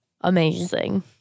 amazing